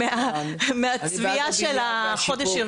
מחזיקים מהצביעה של חודש ארגון.